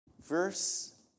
Verse